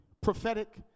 prophetic